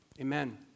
amen